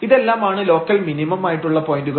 ഇതെല്ലാമാണ് local minimum ആയിട്ടുള്ള പോയന്റുകൾ